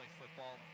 football